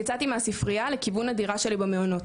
יצאתי מהספרייה לכיוון הדירה שלי במעונות.